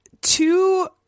two